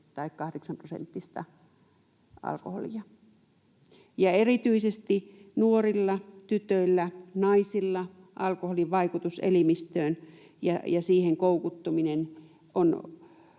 tai 8-prosenttista alkoholia. Ja erityisesti nuorilla, tytöillä, naisilla alkoholin vaikutus elimistöön ja siihen koukuttuminen on